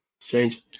Strange